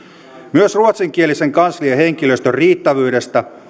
myös ruotsinkielisen kansliahenkilöstön riittävyydestä